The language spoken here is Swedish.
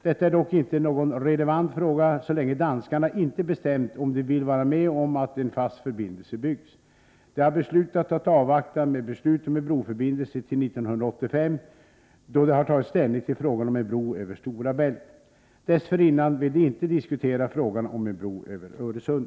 Detta är dock inte någon relevant fråga så länge danskarna inte bestämt om de vill vara med om att en fast förbindelse byggs. De har beslutat att avvakta med beslut om en broförbindelse till 1985, då de har tagit ställning till frågan om en bro över Stora Bält. Dessförinnan vill de inte diskutera frågan om en bro över Öresund.